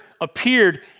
appeared